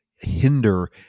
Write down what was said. hinder